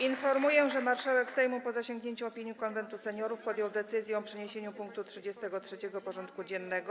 Informuję, że marszałek Sejmu, po zasięgnięciu opinii Konwentu Seniorów, podjął decyzję o przeniesieniu punktu 33. porządku dziennego: